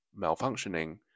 malfunctioning